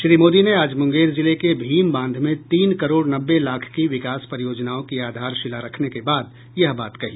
श्री मोदी ने आज मुंगेर जिले के भीम बांध में तीन करोड़ नब्बे लाख की विकास परियोजनाओं की आधारशिला रखने के बाद यह बात कही